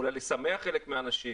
אולי לשמח חלק מאנשים?